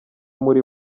muri